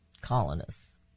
colonists